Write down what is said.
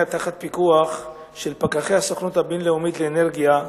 תחת פיקוח של פקחי הסוכנות הבין-לאומית לאנרגיה אטומית,